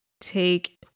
Take